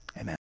Amen